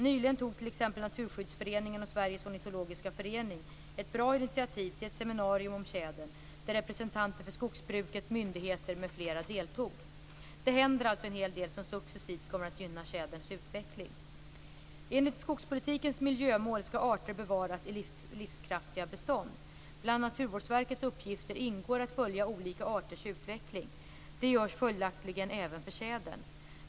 Nyligen tog t.ex. Naturskyddsföreningen och Sveriges Ornitologiska förening ett bra initiativ till ett seminarium om tjädern, där representanter för skogsbruket, myndigheter m.fl. deltog. Det händer alltså en hel del som successivt kommer att gynna tjäderns utveckling. Enligt skogspolitikens miljömål skall arter bevaras i livskraftiga bestånd. Bland Naturvårdsverkets uppgifter ingår att följa olika arters utveckling. Det görs följaktligen även för tjädern.